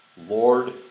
Lord